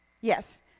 yes